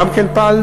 וגם כן פעלנו.